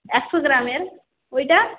একশো গ্রামের ওইটা